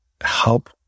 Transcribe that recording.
help